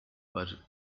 but